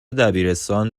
دبیرستان